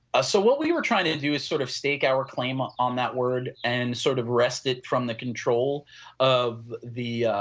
ah so, what we are trying to do is sort of stake our claim on that word and sort of rested from the control of the